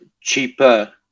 cheaper